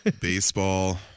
baseball